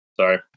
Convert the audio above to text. Sorry